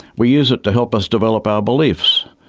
we use it to help us develop our beliefs,